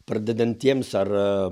pradedantiems ar